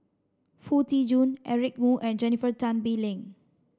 Foo Tee Jun Eric Moo and Jennifer Tan Bee Leng